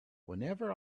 whenever